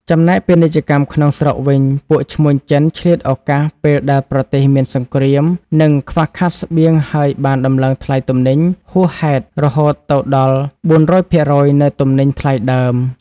ចំណែកពាណិជ្ជកម្មក្នុងស្រុកវិញ ពួកឈ្មួញចិនឆ្លៀតឱកាសពេលដែលប្រទេសមានសង្គ្រាម និង ខ្វះខាតខាងស្បៀងហើយបានដំឡើងថ្លៃទំនិញហួសហែតរហូតទៅដល់ ៤០០% នៃទំនិញថ្លៃដើម។